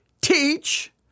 teach